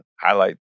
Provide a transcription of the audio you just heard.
highlight